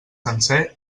sencer